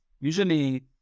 usually